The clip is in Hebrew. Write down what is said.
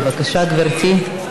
בבקשה, גברתי.